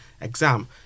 exam